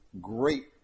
great